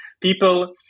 people